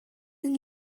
sind